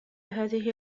هذه